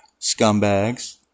scumbags